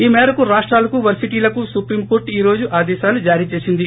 ఈ మేరకు రాష్టాలకు వర్పిటీలకు సుప్రీంకోర్టు ఈ రోజు ఆదేశాలు జారీ చేసింది